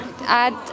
add